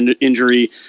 injury